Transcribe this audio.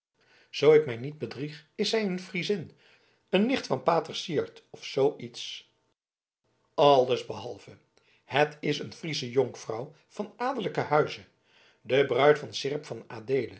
zoo ik mij niet bedrieg is zij een friezin een nicht van pater syard of zoo iets alles behalve het is een friesche jonkvrouw van adellijken huize de bruid van seerp van